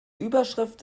überschrift